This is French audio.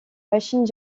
machines